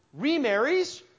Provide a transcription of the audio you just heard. remarries